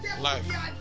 Life